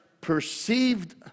perceived